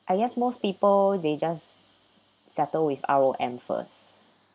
I guess most people they just settle with our end first